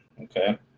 Okay